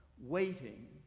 waiting